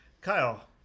Kyle